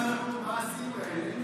הוא יודע מה אנחנו עשינו להם.